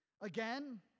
Again